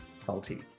Salty